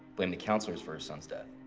blamed the counselors for her son's death.